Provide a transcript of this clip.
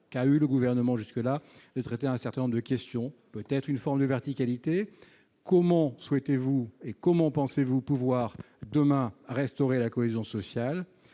qu'a eue le Gouvernement jusqu'ici de traiter un certain nombre de questions, peut-être avec une forme de verticalité. Comment souhaitez-vous et comment pensez-vous pouvoir demain restaurer la cohésion sociale ?